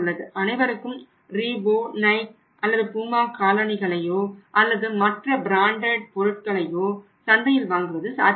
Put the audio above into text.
அனைவருக்கும் Reebok Nike அல்லது Puma காலணிகளையோ அல்லது மற்ற பிராண்டட் பொருட்களையோ சந்தையில் வாங்குவது சாத்தியமில்லை